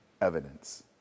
evidence